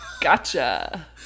Gotcha